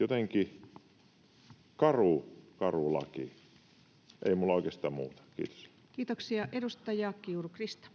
Jotenkin karu, karu laki. Ei minulla oikeastaan muuta. — Kiitos. Kiitoksia. — Edustaja Kiuru, Krista.